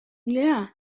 yeah